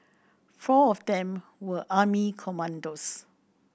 four of them were army commandos